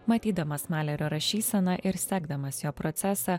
matydamas malerio rašyseną ir sekdamas jo procesą